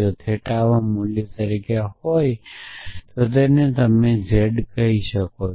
જો થેટામાં મૂલ્ય તરીકે હોય તો તમે તેને થેટામાં z કહી શકો